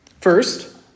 First